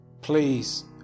please